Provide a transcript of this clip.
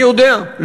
אני יודע,